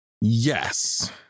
Yes